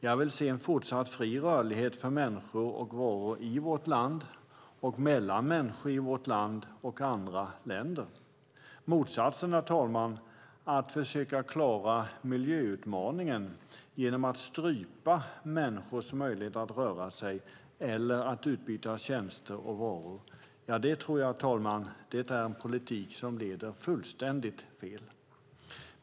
Jag vill se en fortsatt fri rörlighet för människor och varor i vårt land och mellan människor i vårt land och andra länder. Motsatsen, herr talman, att försöka klara miljöutmaningen genom att strypa människors möjlighet att röra sig och att utbyta tjänster och varor tror jag är en politik som leder fullständigt fel.